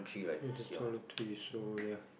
I think is just toiletries so ya